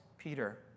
Peter